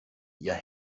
ihr